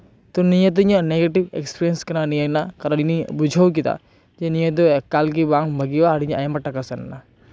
ᱛᱳ ᱱᱤᱭᱟᱹ ᱫᱚ ᱤᱧᱟᱹᱜ ᱱᱮᱜᱮᱴᱤᱵᱷ ᱮᱠᱥᱯᱨᱤᱭᱮᱱᱥ ᱠᱟᱱᱟ ᱱᱤᱭᱟᱹ ᱨᱮᱱᱟᱜ ᱠᱟᱨᱚᱱ ᱤᱧᱤᱧ ᱵᱩᱡᱷᱟᱹᱣ ᱠᱮᱫᱟ ᱡᱮ ᱱᱤᱭᱟᱹ ᱫᱚ ᱮᱠᱟᱞ ᱜᱮ ᱵᱟᱝ ᱵᱷᱟᱹᱜᱤᱭᱟ ᱟᱨ ᱤᱧᱟᱹᱜ ᱟᱭᱢᱟ ᱴᱟᱠᱟ ᱥᱮᱱ ᱱᱟ